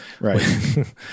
right